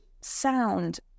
sound